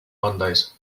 mondays